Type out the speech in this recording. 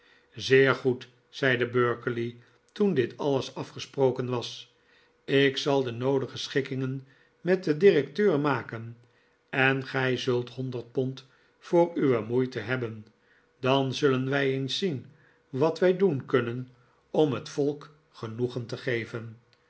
zeer goed zeide berkeley toen dit alles afgesproken was lk zal de noodige schikkingen met den directeur maken en gij zult honderd pond voor uwe moeite hebben dan zullen wij eens zien wat wij doen kunnen om het volk genoegen te geven